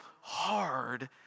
hard